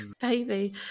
baby